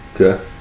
Okay